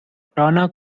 trona